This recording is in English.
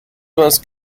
most